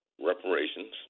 reparations